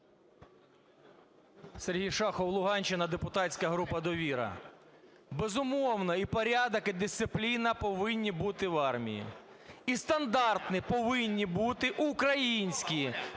Сергій Шахов, Луганщина, депутатська група "Довіра". Безумовно, і порядок, і дисципліна повинні бути в армії. І стандарти повинні бути українські.